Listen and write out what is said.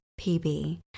PB